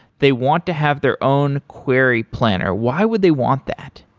they want to have their own query planner. why would they want that?